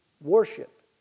worship